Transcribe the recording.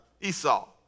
Esau